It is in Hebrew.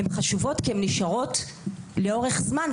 הן חשובות כי הן נשארות לאורך זמן,